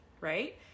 right